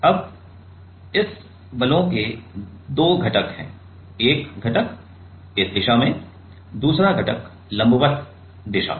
अब इस बल के दो घटक हैं एक घटक इस दिशा दूसरा घटक लंबवत दिशा में